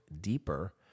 deeper